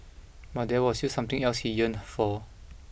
but there was still something else he yearned for